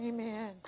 Amen